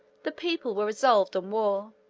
the people were resolved on war.